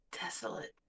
desolate